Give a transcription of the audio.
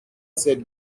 ces